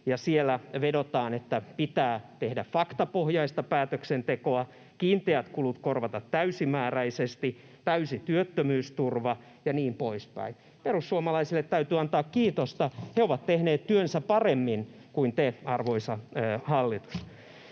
siellä vedotaan, että pitää tehdä faktapohjaista päätöksentekoa, kiinteät kulut korvata täysimääräisesti, täysi työttömyysturva ja niin poispäin. Perussuomalaisille täytyy antaa kiitosta. He ovat tehneet työnsä paremmin kuin te, arvoisa hallitus.